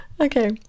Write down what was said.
Okay